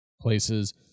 places